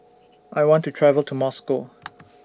I want to travel to Moscow